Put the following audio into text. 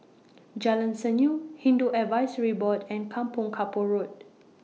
Jalan Senyum Hindu Advisory Board and Kampong Kapor Road